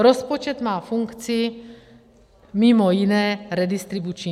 Rozpočet má funkci, mimo jiné, redistribuční.